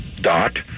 dot